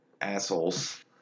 assholes